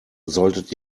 solltet